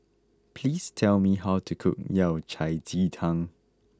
please tell me how to cook Yao Cai Ji Tang